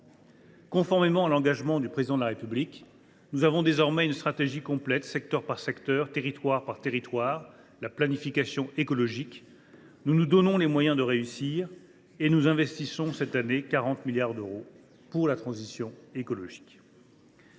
Conformément à l’engagement du Président de la République, nous avons désormais une stratégie complète, secteur par secteur et territoire par territoire : c’est la planification écologique. « Nous nous donnons les moyens de réussir et nous investissons cette année 40 milliards d’euros pour la transition écologique.